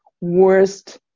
worst